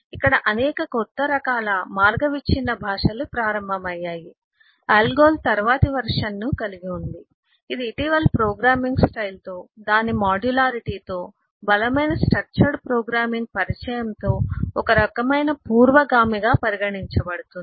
ఇక్కడ అనేక కొత్త రకాల మార్గ విచ్ఛిన్న భాషలు ప్రారంభమయ్యాయి ALGOL తరువాతి వెర్షన్ ను కలిగి ఉంది ఇది ఇటీవలి ప్రోగ్రామింగ్ స్టైల్తో దాని మాడ్యులారిటీతో బలమైన స్ట్రక్చర్డ్ ప్రోగ్రామింగ్ పరిచయంతో ఒక రకమైన పూర్వగామిగా పరిగణించబడుతుంది